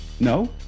No